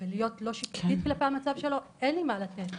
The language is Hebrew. ולהיות לא שיפוטית כלפי המצב שלו אין לי מה לתת.